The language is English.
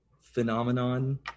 phenomenon